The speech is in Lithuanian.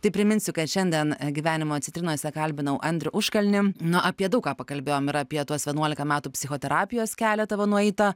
tai priminsiu kad šiandien gyvenimo citrinose kalbinau andrių užkalnį nu apie daug ką pakalbėjom ir apie tuos vienuolika metų psichoterapijos kelią tavo nueitą